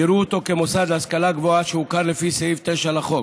יראו אותו כמוסד להשכלה גבוהה שהוכר לפי סעיף 9 לחוק.